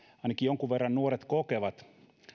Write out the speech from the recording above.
ainakin jonkun verran nuoret kokevat